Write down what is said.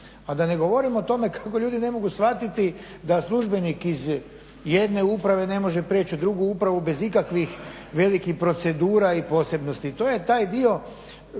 a da ne govorim o tome kako ljudi ne mogu shvatiti da službenik iz jedne uprave ne može prijeći u drugu upravu bez ikakvih velikih procedura i posebnosti.